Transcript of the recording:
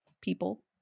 people